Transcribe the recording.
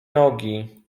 nogi